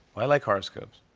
i like horoscopes.